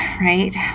right